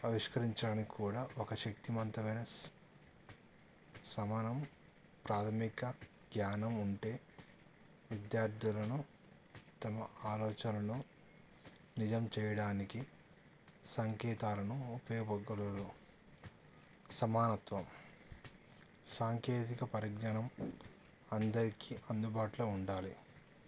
ఆవిష్కరించడానికి కూడా ఒక శక్తివంతమైన సమానం ప్రాథమిక జ్ఞానం ఉంటే విద్యార్థులను తమ ఆలోచనలను నిజం చేయడానికి సంకేతాలను ఉపయోగించగలరు సమానత్వం సాంకేతిక పరిజ్ఞనం అందరికీ అందుబాటులో ఉండాలి